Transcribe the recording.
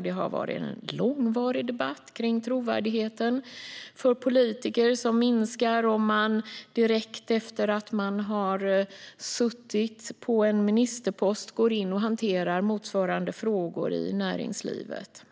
Det har varit en långvarig debatt gällande att trovärdigheten för politiker minskar om man direkt efter att man har suttit på en ministerpost går in och hanterar motsvarande frågor i näringslivet.